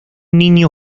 niño